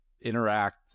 interact